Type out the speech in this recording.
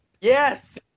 Yes